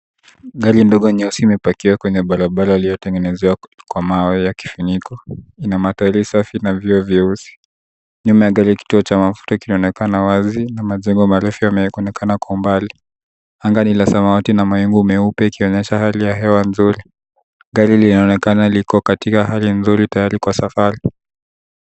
Gari dogo nyeusi imepakiwa kwenye barabara iliyotengenezewa kwa mawe ya kifuniko. Ina matairi safi na vioo vyeusi. Nyuma ya gari kituo cha mafuta kinaonekana wazi na majengo marefu yanaonekana kwa mbali. Anga ni la samawati na mawingu meupe. Gari linaonekana liko katika hali nzuri tayari kwa safari.